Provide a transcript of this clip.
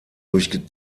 durch